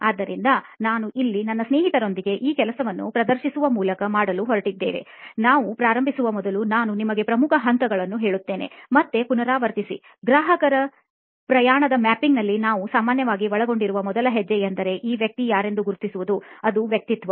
ಆದ್ದರಿಂದ ನಾವು ಇಲ್ಲಿ ನನ್ನ ಸ್ನೇಹಿತರೊಂದಿಗೆ ಈ ಕೆಲಸವನ್ನು ಪ್ರದರ್ಶಿಸುವ ಮೂಲಕ ಮಾಡಲು ಹೊರಟಿದ್ದೇವೆ ನಾವು ಪ್ರಾರಂಭಿಸುವ ಮೊದಲು ನಾನು ನಿಮಗೆ ಪ್ರಮುಖ ಹಂತಗಳನ್ನು ಹೇಳುತ್ತೇನೆಮತ್ತೆ ಪುನರಾವರ್ತಿಸಿ ಗ್ರಾಹಕರ ಪ್ರಯಾಣದ ಮ್ಯಾಪಿಂಗ್ ನಲ್ಲಿ ನಾವು ಸಾಮಾನ್ಯವಾಗಿ ಒಳಗೊಂಡಿರುವ ಮೊದಲ ಹೆಜ್ಜೆ ಎಂದರೆ ಈ ವ್ಯಕ್ತಿ ಯಾರೆಂದು ತಿಳಿಯುವುದು ಅದು ವ್ಯಕ್ತಿತ್ವ